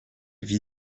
vit